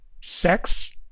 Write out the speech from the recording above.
Sex